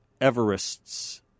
Everests